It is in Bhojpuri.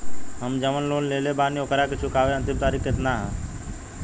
हम जवन लोन लेले बानी ओकरा के चुकावे अंतिम तारीख कितना हैं?